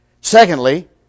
Secondly